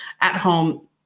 at-home